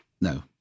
no